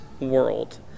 world